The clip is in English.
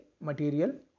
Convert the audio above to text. material